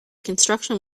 construction